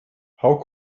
how